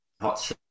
Hot